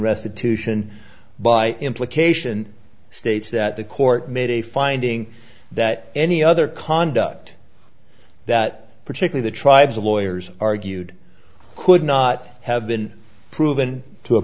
restitution by implication states that the court made a finding that any other conduct that particular the tribes the lawyers argued could not have been proven to a